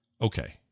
okay